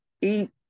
eat